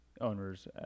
owners